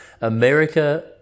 America